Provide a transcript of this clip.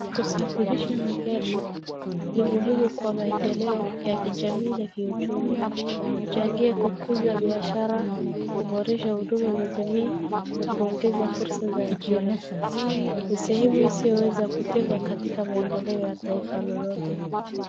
Kusafirisha magari ni muhimu kwa maendeleo ya kijamii na kiuchumii, kuchangia kukuza biashara, kuboresha huduma za jamii na kuongeza fursa za ajira, ni sehemu isiyoweza kutengwa katika maendeleo ya taifa lolote.